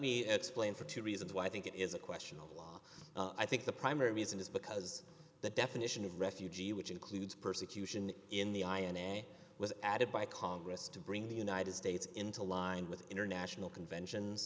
me explain for two reasons why i think it is a question of law i think the primary reason is because the definition of refugee which includes persecution in the i a e a was added by congress to bring the united states into line with international conventions